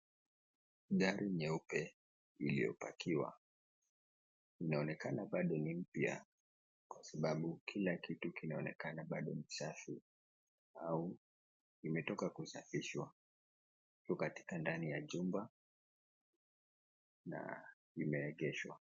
Gari nyeupe iliyopakiwa. Inaonekana bado ni mpya kwa sababu kila kitu kinaonekana bado ni safi au imetoka kusafishwa .Iko ndani ya jumba na limeegeshwa.